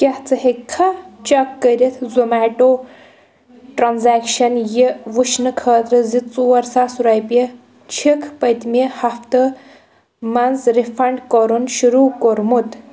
کیٛاہ ژٕ ہٮ۪کہٕ چیک کٔرِتھ زومیٹو ٹرانزیکشن یہِ ؤچھنہٕ خٲطرٕ زِ ژور ساس رۄپیہِ چھِکھٕ پٔتمہِ ہفتہٕ منٛز رِفنڈ کرُن شروٗع کوٚرمُت